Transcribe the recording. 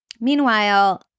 Meanwhile